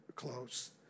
close